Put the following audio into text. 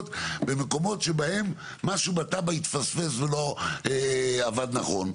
במקומות שבהם משהו בתב"ע התפספס ולא עבד נכון,